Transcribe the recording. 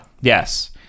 Yes